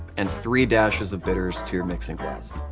and three dashes of bitters to your mixing glass.